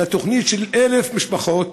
לתוכנית של 1,000 משפחות,